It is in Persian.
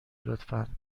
لطفا